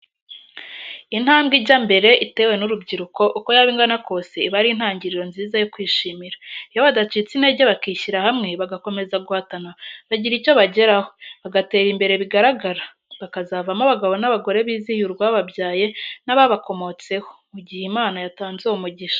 Intambwe ijya mbere itewe n'urubyiruko, uko yaba ingana kose iba ari intangiriro nziza yo kwishimira, iyo badacitse intege bakishyira hamwe bagakomeza guhatana bagira icyo bageraho, bagatera imbere bigaragara, bakazavamo abagabo n'abagore bizihiye urwababyaye n'ababakomotseho, mu gihe Imana yatanze uwo mugisha.